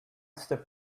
step